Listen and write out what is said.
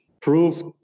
prove